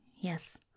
Yes